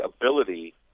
ability